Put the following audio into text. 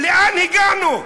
לאן הגענו?